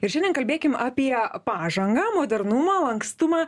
ir šiandien kalbėkim apie pažangą modernumą lankstumą